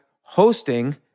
hosting